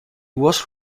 was